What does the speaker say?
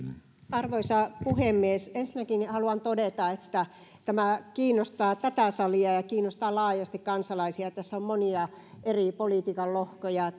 arvoisa puhemies ensinnäkin haluan todeta että tämä kiinnostaa tätä salia ja kiinnostaa laajasti kansalaisia tässä on monia eri politiikan lohkoja